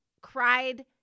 cried